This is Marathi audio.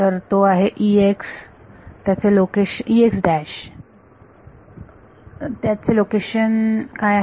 तर तो आहे त्याचे लोकेशन काय आहे